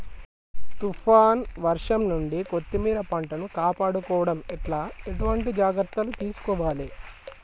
తుఫాన్ వర్షం నుండి కొత్తిమీర పంటను కాపాడుకోవడం ఎట్ల ఎటువంటి జాగ్రత్తలు తీసుకోవాలే?